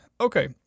Okay